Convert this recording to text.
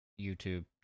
YouTube